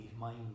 mind